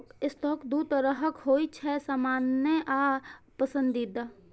stock दू तरहक होइ छै, सामान्य आ पसंदीदा